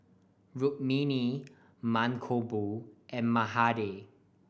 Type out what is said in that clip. Rukmini Mankombu and Mahade